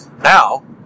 Now